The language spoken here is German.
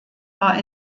war